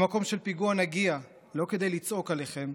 למקום של פיגוע נגיע לא כדי לצעוק עליכם,